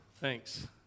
Thanks